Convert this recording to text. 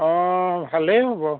অঁ ভালেই হ'ব